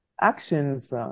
actions